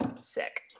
sick